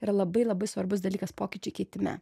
yra labai labai svarbus dalykas pokyčių kitime